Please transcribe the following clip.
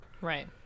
Right